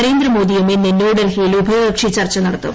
നരേന്ദ്രമോദിയും ഇന്ന് ന്യൂഡൽഹിയിൽ ഉഭയകക്ഷി ചർച്ച നടത്തും